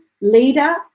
leader